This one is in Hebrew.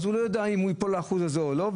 אז אזרח לא יודע אם הוא ייפול לאחוז הזה או לא.